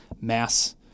mass